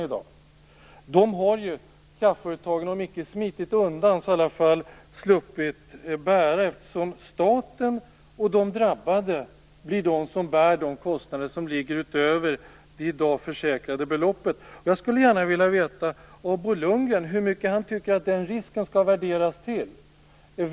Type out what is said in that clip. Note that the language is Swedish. De kostnaderna har kraftföretagen om icke smitit undan så i alla fall sluppit bära, eftersom staten och de drabbade blir de som bär de kostnader som ligger utöver det i dag försäkrade beloppet. Jag skulle gärna vilja veta av Bo Lundgren hur mycket han tycker att den risken skall värderas till.